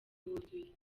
wuzuye